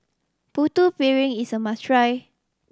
Putu Piring is a must try